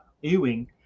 Ewing